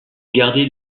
gardait